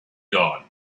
dawn